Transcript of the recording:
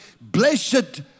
Blessed